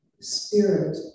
spirit